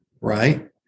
Right